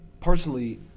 Personally